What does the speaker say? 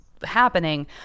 happening